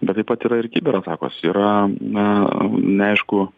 bet taip pat yra ir kiberatakos yra na neaišku